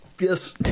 Yes